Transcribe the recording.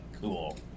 cool